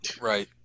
Right